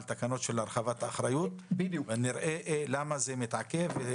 תקנות הרחבת אחריות ונראה למה זה מתעכב.